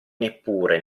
neppure